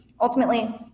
ultimately